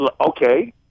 okay